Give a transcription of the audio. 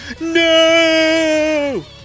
no